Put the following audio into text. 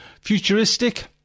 Futuristic